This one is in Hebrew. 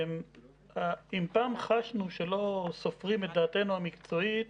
אם פעם חשנו שלא סופרים את דעתנו המקצועית,